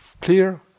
clear